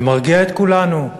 ומרגיע את כולנו: